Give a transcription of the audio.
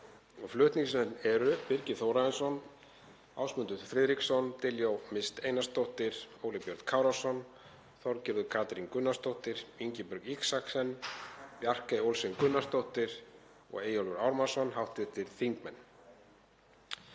Flutningsmenn eru Birgir Þórarinsson, Ásmundur Friðriksson, Diljá Mist Einarsdóttir, Óli Björn Kárason, Þorgerður Katrín Gunnarsdóttir, Ingibjörg Isaksen, Bjarkey Olsen Gunnarsdóttir og Eyjólfur Ármannsson, hv. þingmenn.